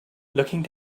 looking